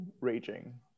raging